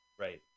Right